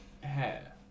hair